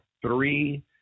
three